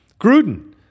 Gruden